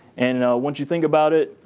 and once you think about it,